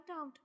out